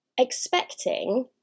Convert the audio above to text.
expecting